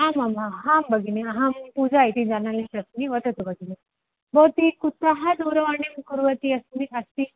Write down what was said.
आमाम् आ आं भगिनि अहं पूजा इति जानालिष अस्मि वदतु भगिनि भवती कुत्र दूरवाणीं कुर्वती अस्मि अस्ति